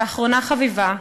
ואחרונה חביבה,